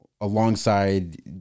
alongside